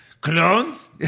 Clones